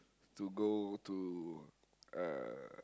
to go to uh